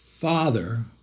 father